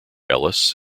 ellis